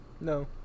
No